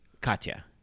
Katya